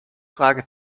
frage